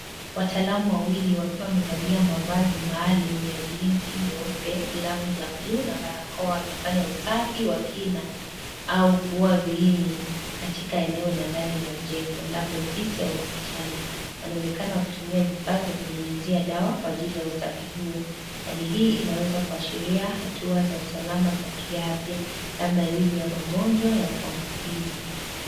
Wataalamu wawili, wakiwa wamevalia mavazi maalum ya ulinzi ,meupe, glavu za bluu na barakoa wakifanya usafi wa kina au kuua viini katika eneo la ndani la jengo, labda ofisi au hospitali. Wanaonekana wakitumia vifaa vya kunyunyuzia dawa kwa ajili ya usafi huo. Hali hii inaweza kuashiria hatua za usalama za kiafya, labda dhidi ya magonjwa ya kuambukiza.